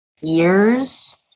years